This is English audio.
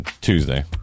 Tuesday